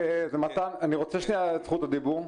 מתן כהנא (הבית היהודי - האיחוד הלאומי):